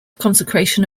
consecration